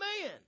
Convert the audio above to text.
man